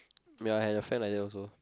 may I have a friend like that also